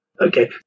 okay